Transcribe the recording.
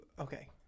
okay